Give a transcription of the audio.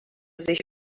sich